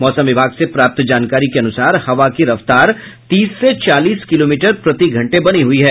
मौसम विभाग से प्राप्त जानकारी के अनुसार हवा की रफ्तार तीस से चालीस किलोमीटर प्रति घंटे बनी हुई है